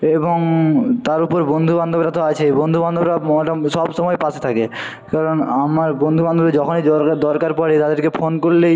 এবং তার উপরে বন্ধুবান্ধবরা তো আছেই বন্ধুবান্ধবরা সবসময় পাশে থাকে কারণ আমার বন্ধুবান্ধবের যখনই দরকার দরকার পড়ে তাদেরকে ফোন করলেই